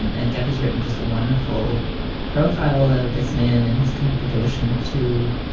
and and deb has written just a wonderful profile of this man in his kind of devotion to